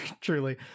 Truly